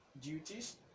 duties